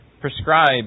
Prescribe